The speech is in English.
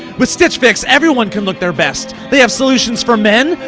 with stitchfix everyone can look their best, they have solutions for men,